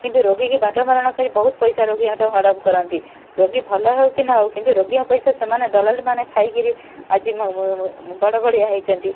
କିନ୍ତୁ ରୋଗୀକି ବାଟବଣା କରି ବହୁତ ପଇସା ରୋଗୀଙ୍କଠାରୁ ବହୁତ ପଇସା ରୋଗୀଙ୍କଠାରୁ ହଡ଼ପ କରନ୍ତି ରୋଗୀ ଭଲ ହଉ କି ନ ହଉ କିନ୍ତୁ ରୋଗୀଙ୍କ ପଇସା ସେମାନେ ଦଲାଲି ମାନେ ଖାଇକରି ଆଜି ବଡ଼ବଡ଼ିଆ ହେଇଛନ୍ତି